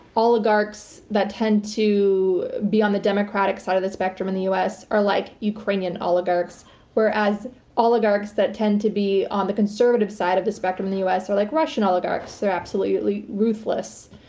oligarchs that tend to be on the democratic side of the spectrum in the u. s. are like ukrainian oligarchs whereas oligarchs that tend to be on the conservative side of the spectrum in the u. s. are like russian oligarchs, they're absolutely ruthless.